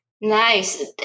Nice